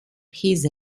his